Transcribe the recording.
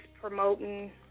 promoting